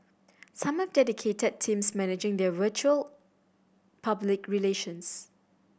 some have dedicated teams managing their virtual public relations